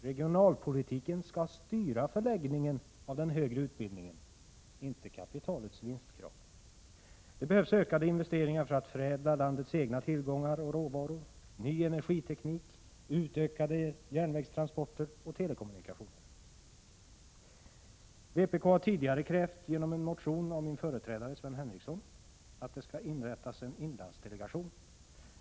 Regionalpolitiken skall styra förläggningen av den högre utbildningen, inte kapitalets vinstkrav. Det behövs ökade investeringar för att förädla landets egna tillgångar och råvaror, ny energiteknik, utökade järnvägstransporter och telekommunikationer. Vpk har tidigare genom en motion av min företrädare Sven Henricsson krävt att det skall inrättas en inlandsdelegation.